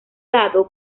dado